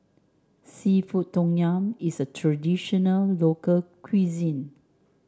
seafood Tom Yum is a traditional local cuisine